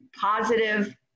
positive